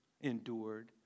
endured